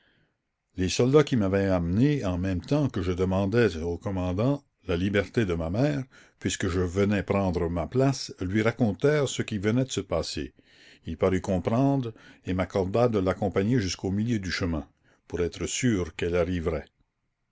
les soldats qui m'avaient amenée en même temps que je demandais au commandant la liberté de ma mère puisque je venais prendre ma place lui racontèrent ce qui venait de se passer il parut comprendre et m'accorda de l'accompagner jusqu'au milieu du chemin pour être sûre qu'elle arriverait